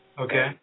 Okay